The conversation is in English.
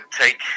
take